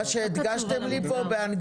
מה שהדגשתם לי פה באנגלית?